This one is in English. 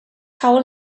hole